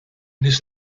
des